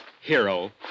hero